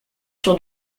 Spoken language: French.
sur